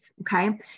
okay